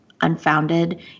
unfounded